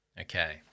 Okay